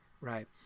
right